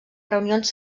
reunions